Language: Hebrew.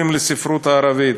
שגם זכה בפרס ישראל,